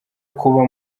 kuba